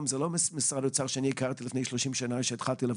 הוא לא משרד האוצר שאני הכרתי לפני 30 שנים כשהתחלתי.